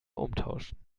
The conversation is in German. umtauschen